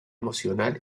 emocional